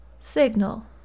Signal